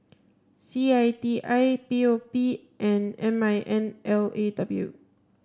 C I T I P O P and M I N L A W